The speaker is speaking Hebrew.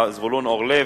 זבולון אורלב,